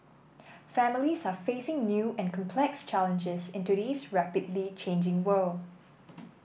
families are facing new and complex challenges in today's rapidly changing world